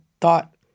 thought